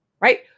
right